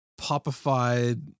popified